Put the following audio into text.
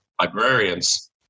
librarians